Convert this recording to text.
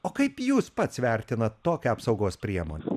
o kaip jūs pats vertinat tokią apsaugos priemonę